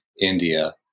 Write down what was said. India